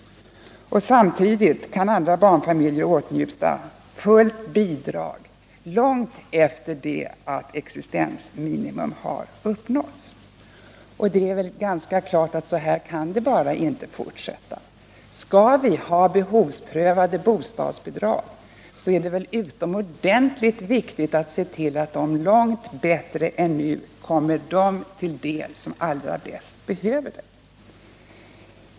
Samtidigt kan andra familjer åtnjuta fullt bidrag långt efter det existensminimum har uppnåtts. Det är väl ganska klart att så här kan det bara inte fortsätta. Skall vi ha behovsprövade bostadsbidrag, är det väl utomordentligt viktigt att se till att de långt bättre än nu kommer dem till del som allra bäst behöver dem.